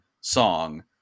song